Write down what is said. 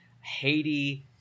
haiti